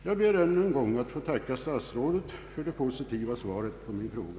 Jag ber ännu en gång att få tacka statsrådet för det positiva svaret på min fråga.